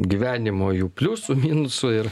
gyvenimo jų pliusų minusų ir